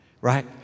right